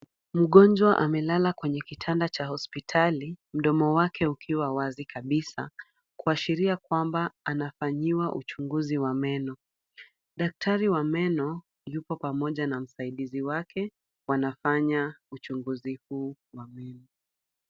Mgonjwa amelala kwenye kitanda cha hospitali, mdomo wake ukiwa wazi kabisa, kuashiria kwamba anafanyiwa uchunguzi wa meno. Daktari wa meno yupo pamoja na msaidizi wake wanafanya uchunguzi huu wa meno.